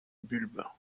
bulbe